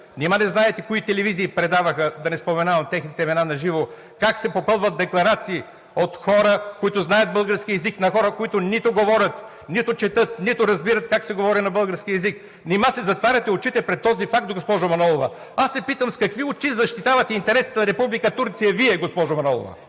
Нима не знаете кои телевизии предаваха – да не споменавам техните имена на живо – как се попълват декларации от хора, които знаят български език, на хора, които нито говорят, нито четат, нито разбират как се говори на български език?! Нима си затваряте очите пред този факт, госпожо Манолова? Аз се питам: с какви очи защитавате интересите на Република Турция, Вие, госпожо Манолова?